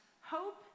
hope